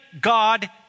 God